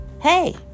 Hey